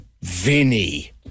Vinny